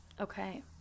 okay